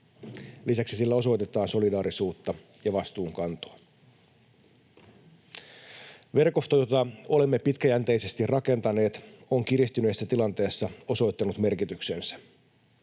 Lisäksi sillä osoitetaan solidaarisuutta ja vastuunkantoa. Verkosto, jota olemme pitkäjänteisesti rakentaneet, on kiristyneessä tilanteessa osoittanut merkityksensä.